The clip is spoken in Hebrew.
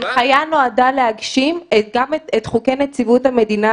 חוקי נציבות המדינה,